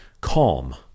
calm